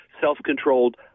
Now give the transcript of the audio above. self-controlled